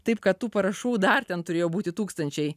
taip kad tų parašų dar ten turėjo būti tūkstančiai